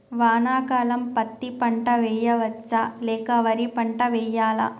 వానాకాలం పత్తి పంట వేయవచ్చ లేక వరి పంట వేయాలా?